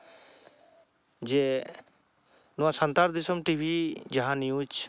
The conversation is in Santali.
ᱡᱮ ᱱᱚᱣᱟ ᱥᱟᱱᱛᱟᱲ ᱫᱤᱥᱚᱢ ᱴᱤᱵᱷᱤ ᱡᱟᱦᱟᱸ ᱱᱤᱭᱩᱡ